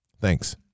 Thanks